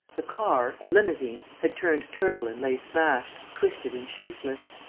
the car, a limousine, had turned turtle and lay smashed, twisted and shapeless.